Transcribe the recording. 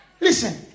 listen